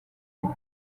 mbi